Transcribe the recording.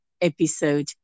episode